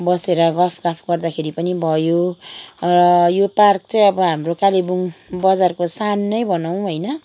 बसेर गफगाफ गर्दाखेरि पनि भयो र यो पार्क चाहिँ हाम्रो कालेबुङ बजारको शान नै भनौँ होइन